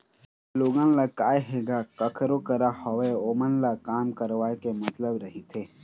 अब लोगन ल काय हे गा कखरो करा होवय ओमन ल काम करवाय ले मतलब रहिथे